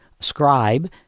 scribe